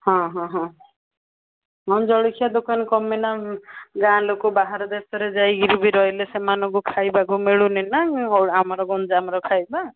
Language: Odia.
ହଁ ହଁ ହଁ ହଁ ଜଳଖିଆ ଦୋକାନ କ'ଣ ପାଇଁ ନା ଗାଁ ଲୋକ ବାହାର ଦେଶରେ ଯାଇକିରି ବି ରହିଲେ ସେମାନଙ୍କୁ ଖାଇବାକୁ ମିଳୁନିନା ଆମର ଗଞ୍ଜାମର ଖାଇବା